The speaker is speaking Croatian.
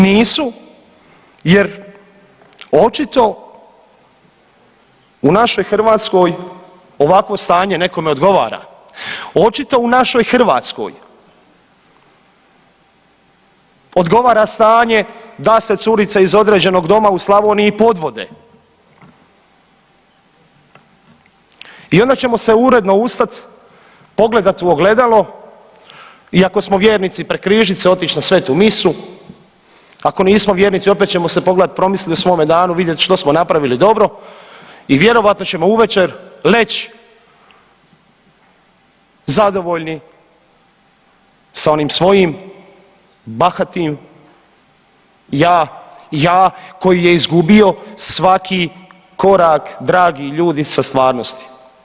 Nisu jer očito u našoj Hrvatskoj ovakvo stanje nekome odgovara, očito u našoj Hrvatskoj odgovara stanje da se curice iz određenog doma u Slavoniji podvode i onda ćemo se uredno ustat, pogledat u ogledalo i ako smo vjernici prekrižit se i otić na svetu misu, ako nismo vjernici opet ćemo se pogledat i promislit o svome danu, vidjet što smo napravili dobro i vjerojatno ćemo uvečer leć zadovoljni sa onim svojim bahatim ja, ja koji je izgubio svaki korak dragi ljudi sa stvarnosti.